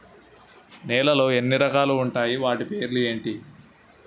నేలలో రకాలు ఎన్ని వాటి పేర్లు ఏంటి?